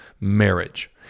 marriage